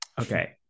Okay